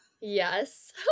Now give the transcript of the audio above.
Yes